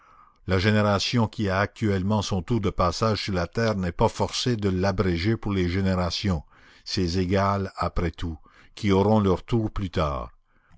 la génération qui a actuellement son tour de passage sur la terre n'est pas forcée de l'abréger pour les générations ses égales après tout qui auront leur tour plus tard